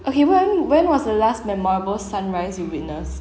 okay when when was the last memorable sunrise you witness